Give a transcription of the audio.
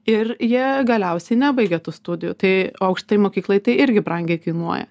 ir jie galiausiai nebaigia tų studijų tai aukštajai mokyklai tai irgi brangiai kainuoja